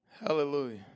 Hallelujah